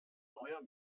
neuer